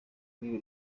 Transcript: rwego